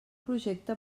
projecte